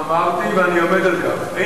אמרתי, ואני עומד על כך.